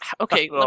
Okay